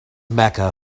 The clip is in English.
mecca